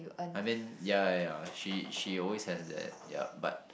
I mean ya ya ya she she always has that ya but